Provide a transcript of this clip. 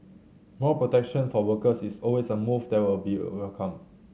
more protection for workers is always a move that will be welcomed